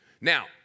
Now